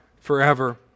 forever